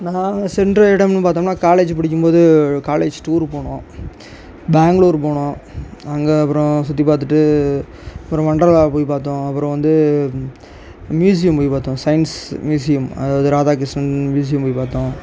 நான் சென்ற இடம்ன்னு பார்த்தோம்ன்னா காலேஜ் படிக்கும்போது காலேஜ் டூர் போனோம் பேங்களூர் போனோம் அங்கே அப்புறம் சுற்றி பார்த்துட்டு அப்புறம் ஒண்டர்லாவை போய் பார்த்தோம் அப்புறம் வந்து மியூசியம் போய் பார்த்தோம் சயின்ஸ் மியூசியம் அதாவது ராதாகிருஷ்ணன் மியூசியம் போயி பார்த்தோம்